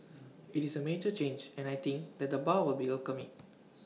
IT is A major change and I think that the bar will be welcome IT